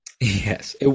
Yes